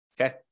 okay